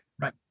Right